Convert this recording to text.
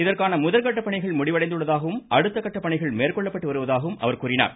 இதற்கான முதற்கட்ட பணிகள் முடிவடைந்துள்ளதாகவும் அடுத்தகட்ட பணிகள் மேற்கொள்ளப்பட்டு வருவதாகவும் கூறினார்